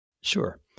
Sure